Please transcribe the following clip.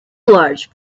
large